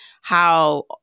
how-